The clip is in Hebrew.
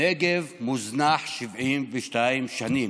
הנגב מוזנח 72 שנים.